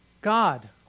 God